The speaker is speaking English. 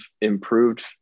improved